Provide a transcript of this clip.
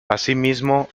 asimismo